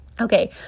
okay